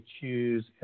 choose